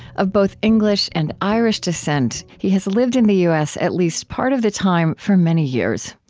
of both english and irish descent, he has lived in the u s. at least part of the time for many years.